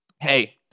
Hey